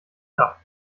dach